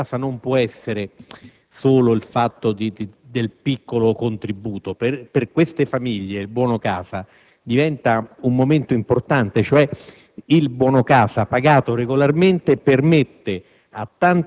Il buono casa non può essere solo un piccolo contributo: per queste famiglie il buono casa diventa un momento importante. Cioè, il buono casa pagato regolarmente permette